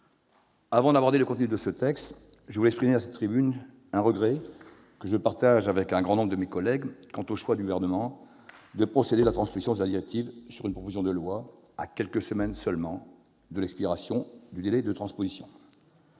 Avant d'aborder le contenu de ce texte, je voudrais exprimer à cette tribune un regret- que je partage avec un grand nombre de mes collègues -quant au choix du Gouvernement de procéder à la transposition de la directive par une proposition de loi, à quelques semaines seulement de l'expiration du délai. Je ne